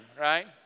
right